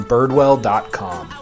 Birdwell.com